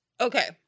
Okay